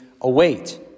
await